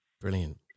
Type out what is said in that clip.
brilliant